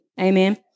Amen